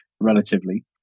relatively